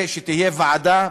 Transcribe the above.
ושתהיה ועדה,